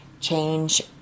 Change